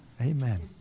Amen